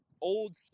Old